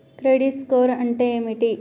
Credit score అంటే ఏమిటి?